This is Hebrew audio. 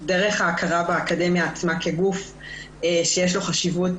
דרך ההכרה באקדמיה עצמה כגוף שיש לו חשיבות,